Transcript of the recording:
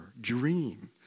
dream